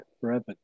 Forever